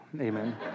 Amen